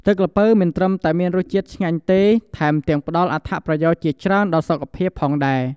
ទឹកល្ពៅមិនត្រឹមតែមានរសជាតិឆ្ងាញ់ទេ ថែមទាំងផ្តល់អត្ថប្រយោជន៍ជាច្រើនដល់សុខភាពផងដែរ។